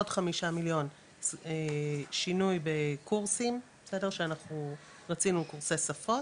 עוד חמישה מיליון שינוי בקורסים שאנחנו רצינו קורסי שפות,